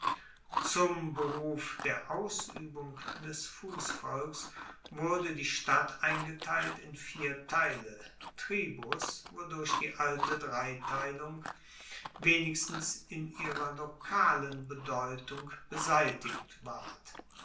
zum behuf der aushebung des fussvolks wurde die stadt eingeteilt in vier teile tribus wodurch die alte dreiteilung wenigstens in ihrer lokalen bedeutung beseitigt ward